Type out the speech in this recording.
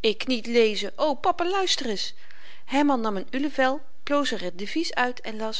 ik niet lezen o papa luister eens herman nam n ulevel ploos er t devies uit en las